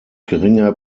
geringer